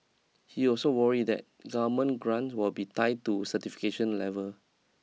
he also worried that government grants will be tied to certification level